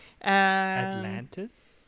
Atlantis